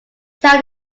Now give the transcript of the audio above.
tell